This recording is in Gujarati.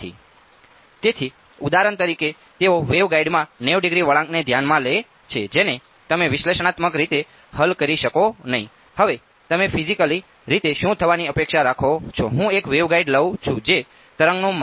તેથી ઉદાહરણ તરીકે તેઓ વેવગાઇડમાં 90 ડિગ્રી વળાંકને ધ્યાનમાં લે છે જેને તમે વિશ્લેષણાત્મક રીતે હલ કરી શકશો નહીં